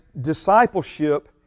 discipleship